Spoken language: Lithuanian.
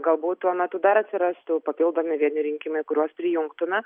galbūt tuo metu dar atsirastų papildomi vieni rinkimai kuriuos prijungtume